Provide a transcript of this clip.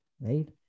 right